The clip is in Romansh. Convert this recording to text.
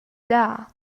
dar